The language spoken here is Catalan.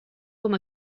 com